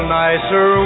nicer